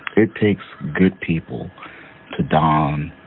it takes good people to dawn